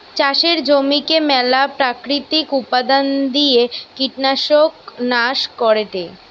চাষের জমিতে মেলা প্রাকৃতিক উপাদন দিয়ে কীটপতঙ্গ নাশ করেটে